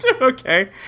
Okay